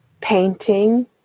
Painting